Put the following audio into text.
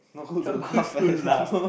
not good to laugh